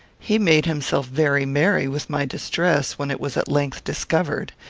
he made himself very merry with my distress, when it was at length discovered.